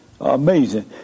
Amazing